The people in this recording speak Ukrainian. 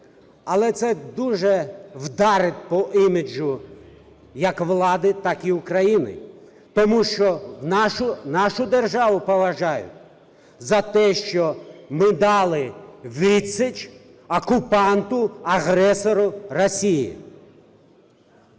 Але це дуже вдарить по іміджу як влади, так і України. Тому що нашу державу поважають за те, що ми дали відсіч окупанту, агресору – Росії.